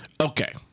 Okay